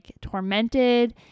tormented